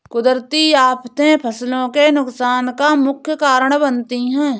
कुदरती आफतें फसलों के नुकसान का मुख्य कारण बनती है